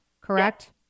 correct